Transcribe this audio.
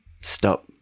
Stop